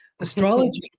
Astrology